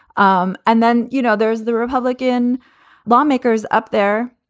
um and then, you know, there's the republican lawmakers up there,